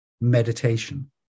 meditation